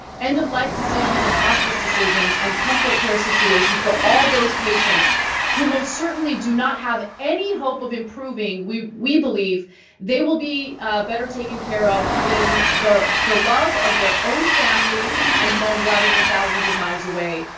end of life decisions and hospice decisions and comfort care situation for all those patients who most certainly do not have any hope of improving. we we believe they will be better taken care of in the the love of their own family and home rather than thousands of miles away,